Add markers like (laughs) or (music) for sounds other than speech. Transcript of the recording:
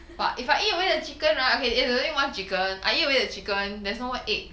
(laughs)